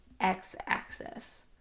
x-axis